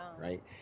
Right